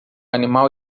animal